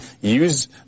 use